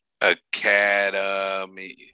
Academy